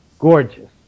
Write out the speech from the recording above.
Gorgeous